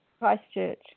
Christchurch